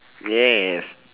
yes